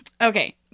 Okay